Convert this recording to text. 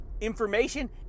information